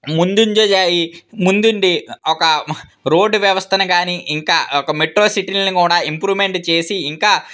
ముందంజ ముందు ఉండి ఒక రోడ్డు వ్యవస్థని కానీ ఇంకా ఒక మెట్రో సిటీలను కూడా ఇంప్రూమెంట్ చేసి ఇంకా